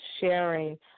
sharing